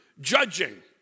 judging